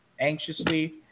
anxiously